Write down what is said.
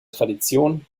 tradition